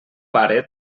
pare